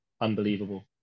unbelievable